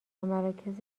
مراکز